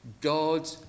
God